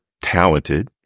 talented